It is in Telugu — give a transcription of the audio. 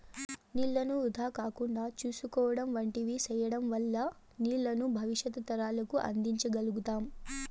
నీళ్ళను వృధా కాకుండా చూసుకోవడం వంటివి సేయడం వల్ల నీళ్ళను భవిష్యత్తు తరాలకు అందించ గల్గుతాం